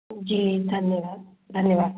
जी धन्यवाद धन्यवाद